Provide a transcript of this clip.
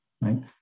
right